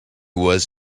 was